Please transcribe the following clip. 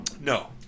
No